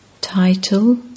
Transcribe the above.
Title